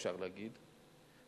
אפשר להגיד,